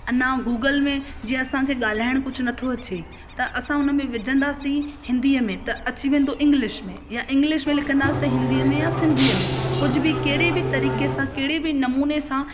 अञा गूगल में जीअं असांखे ॻाल्हाइण कुझु नथो अचे त असां उन में विझंदासीं हिंदीअ में त अची वेंदो इंग्लिश में या इंग्लिश में लिखंदासीं त हिंदीअ में या सिंधीअ में कुझु बि कहिड़े बि तरीक़े सां कहिड़े बि नमूने सां